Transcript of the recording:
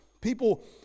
people